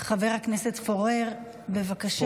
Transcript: חבר הכנסת פורר, בבקשה.